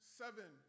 seven